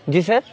جی سر